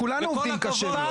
כולנו עובדים קשה מאוד.